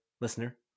listener